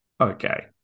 okay